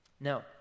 Now